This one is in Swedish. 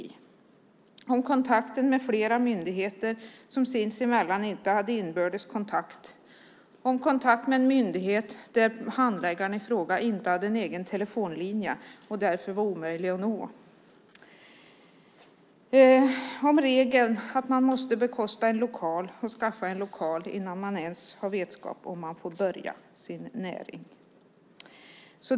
Han berättade om kontakten med flera myndigheter som sinsemellan inte hade inbördes kontakt och om kontakt med en myndighet där handläggaren i fråga inte hade någon egen telefonlinje och därför var omöjlig att nå. Han talade om regeln att man måste bekosta och skaffa en lokal innan man ens har vetskap om ifall man får påbörja sin näring.